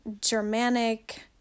Germanic